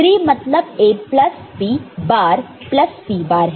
3 मतलब A plus B bar plus C bar है